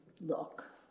look